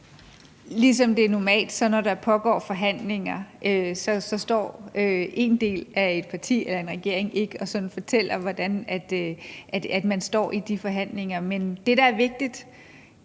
Ligesom når der normalt pågår forhandlinger, så står en del af et parti eller en regering ikke og sådan fortæller, hvordan man står i de forhandlinger. Men det, der er vigtigt